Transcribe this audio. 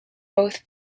both